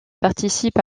participe